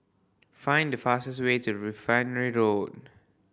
find the fastest way to Refinery Road